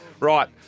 Right